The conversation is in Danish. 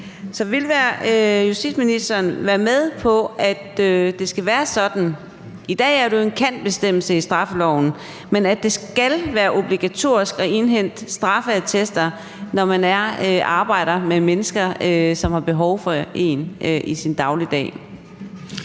om justitsministeren vil være med på, at det skal være anderledes. I dag er det jo en »kan«-bestemmelse i straffeloven, men skal det ikke være obligatorisk at indhente straffeattester, når man arbejder med mennesker, som har behov for en i sin dagligdag?